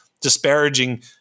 disparaging